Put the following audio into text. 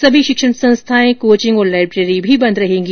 सभी शिक्षण संस्थाएं कॉचिंग और लाइब्रेरी भी बन्द रहेगी